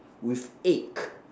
with egg